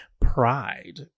Pride